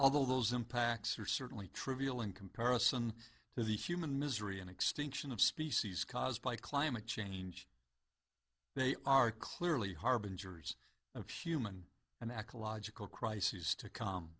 although those impacts are certainly trivial in comparison to the human misery and extinction of species caused by climate change they are clearly harbinger of human and ecological crises to c